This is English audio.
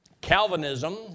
Calvinism